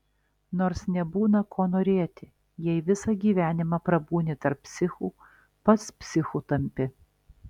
nors nebūna ko norėti jei visą gyvenimą prabūni tarp psichų pats psichu tampi